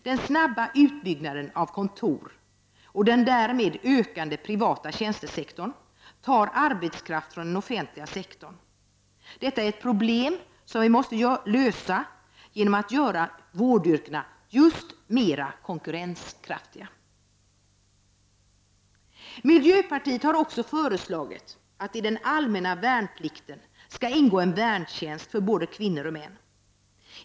Den snabba utbyggnaden av kontor och den därmed ökande privata tjänstesektorn tar arbetskraft från den offentliga sektorn. Detta är ett problem som vi måste lösa genom att göra vårdyrkena mer konkurrenskraftiga. Miljöpartiet har också föreslagit att det i den allmänna värnplikten skall ingå en värntjänst för både kvinnor och män.